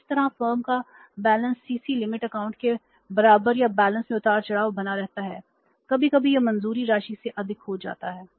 तो इस तरह से फर्म का बैलेंस सीसी लिमिट में उतार चढ़ाव बना रहता है कभी कभी यह मंजूरी राशि से अधिक हो जाता है